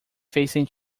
senti